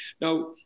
Now